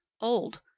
old